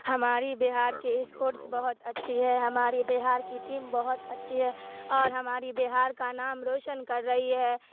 ہماری بہار کے اسپورٹس بہت اچھی ہے ہماری بہار کی ٹیم بہت اچھی ہے اور ہماری بہار کا نام روشن کر رہی ہے